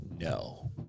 no